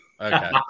Okay